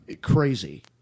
crazy